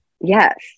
Yes